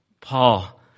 Paul